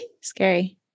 Scary